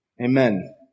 Amen